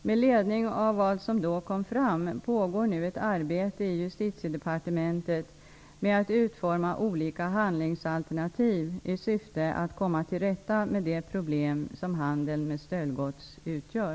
Med ledning av vad som då kom fram pågår nu ett arbete i Justitiedepartementet med att utforma olika handlingsalternativ i syfte att komma till rätta med det problem som handeln med stöldgods utgör.